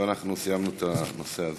ואנחנו סיימנו את הנושא הזה.